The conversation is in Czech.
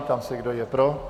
Ptám se, kdo je pro.